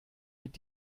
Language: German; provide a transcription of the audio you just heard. mit